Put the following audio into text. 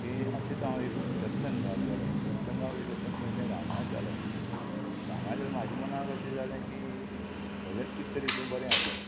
की अशेंच हांव एक सत्संगाक गेलो सत्संगा वयता आसतना मागीर तें रामायण चालू आशिल्लो रामायण जालो म्हाजे मनाक अशें जालें की भलेत कित तरी हितून बरें आसा